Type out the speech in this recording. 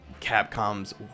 Capcom's